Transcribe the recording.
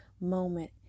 moment